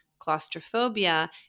Claustrophobia